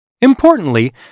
Importantly